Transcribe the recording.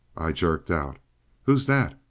i jerked out who's that?